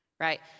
Right